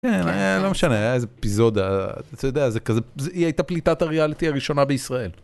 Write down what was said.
אה, לא משנה, היה איזה אפיזודה, אתה יודע, היא הייתה פליטת הריאליטי הראשונה בישראל.